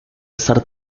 estar